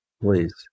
please